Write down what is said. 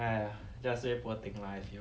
!haiya! just say poor thing lah you know